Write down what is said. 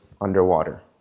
underwater